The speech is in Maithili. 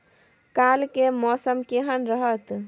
काल के मौसम केहन रहत?